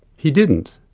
he didn't,